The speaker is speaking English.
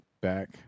back